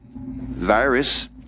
virus